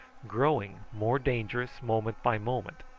growing more dangerous moment by moment.